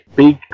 big